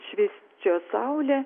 švysčios saulė